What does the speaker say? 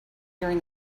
during